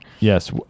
Yes